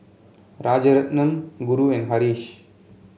Rajaratnam Guru and Haresh